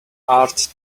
art